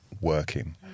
working